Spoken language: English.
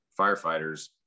firefighters